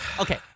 okay